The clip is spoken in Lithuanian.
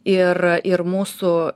ir ir mūsų